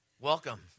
Welcome